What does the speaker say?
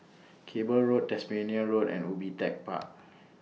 Cable Road Tasmania Road and Ubi Tech Park